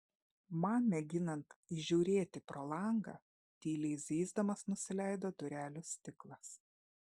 man mėginant įžiūrėti pro langą tyliai zyzdamas nusileido durelių stiklas